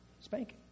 spanking